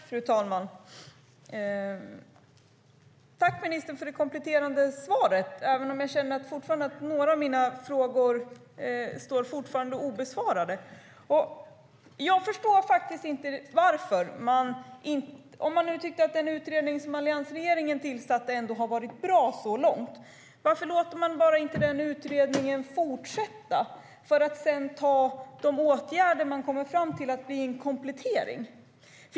Fru talman! Tack, ministern, för det kompletterande svaret, även om jag fortfarande känner att några av mina frågor är obesvarade. Om man tyckte att den utredning som alliansregeringen tillsatte ändå har varit bra, varför låter man inte den utredningen fortsätta för att sedan låta de förslag till åtgärder som läggs fram bli en komplettering?